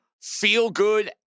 feel-good